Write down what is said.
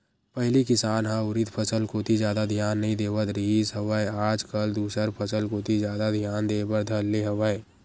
पहिली किसान ह उरिद फसल कोती जादा धियान नइ देवत रिहिस हवय आज कल दूसर फसल कोती जादा धियान देय बर धर ले हवय